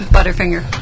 Butterfinger